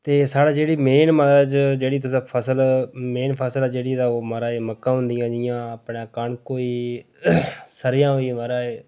ते साढ़े जेह्ड़ी मेन जेह्ड़ी तुसें फसल मेन फसल ऐ जेह्ड़ी ते ओह् महाराज मक्कां होंदियां जियां अपने कनक होई गेई सरेआं होई गेई महाराज